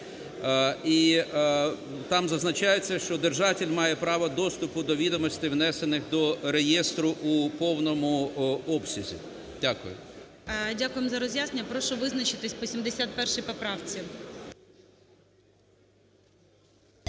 І там зазначається, що держатель має право доступу до відомостей, внесених до реєстру, у повному обсязі. Дякую. ГОЛОВУЮЧИЙ. Дякуємо за роз'яснення. Прошу визначитися по 71 поправці.